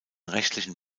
rechtlichen